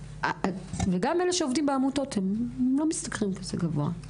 וגם אלה שעובדים בעמותות הם לא משתכרים כזה גבוה.